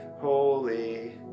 Holy